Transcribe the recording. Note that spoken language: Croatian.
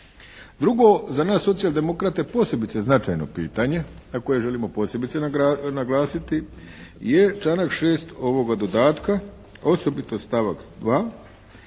Drugo, za nas socijaldemokrate posebno značajno pitanje na koje želimo posebice naglasiti je članak 6. ovoga dodatka, osobito stavak 2.